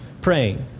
praying